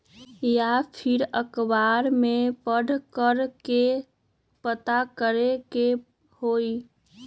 या फिर अखबार में पढ़कर के पता करे के होई?